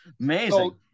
amazing